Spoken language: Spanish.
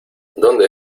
dónde